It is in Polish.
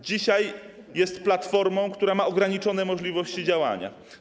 Dzisiaj jest ona platformą, która ma ograniczone możliwości działania.